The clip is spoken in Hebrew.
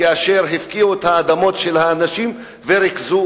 כאשר הפקיעו את האדמות של האנשים וריכזו